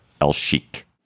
El-Sheikh